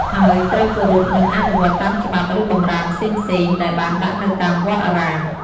ហើយត្រូវគោរព និងអនុវត្តតាមច្បាប់ ឬបម្រាមផ្សេងៗដែលបានដាក់នៅតាមវត្តអារាម។